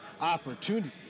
opportunities